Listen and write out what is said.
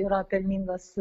yra pelningas